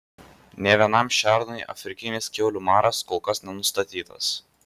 nė vienam šernui afrikinis kiaulių maras kol kas nenustatytas